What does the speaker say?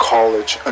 College